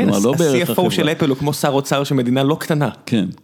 כן, ה CFO של אפל הוא כמו שר אוצר של מדינה לא קטנה. כן.